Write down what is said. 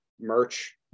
merch